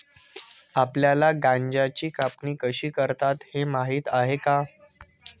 आपल्याला गांजाची कापणी कशी करतात हे माहीत आहे का?